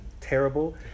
terrible